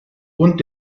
und